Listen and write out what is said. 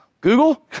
Google